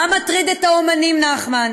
מה מטריד את האמנים, נחמן,